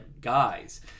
guys